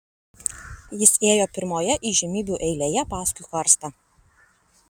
jis ėjo pirmoje įžymybių eilėje paskui karstą